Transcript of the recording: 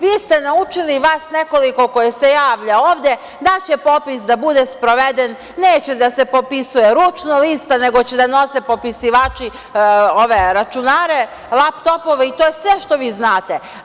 Vi ste naučili, vas nekoliko koji se javljate ovde da će popis da bude sproveden, neće da se popisuje ručno lista, nego će popisivači da nose računare, lap-topove i to je sve što znate.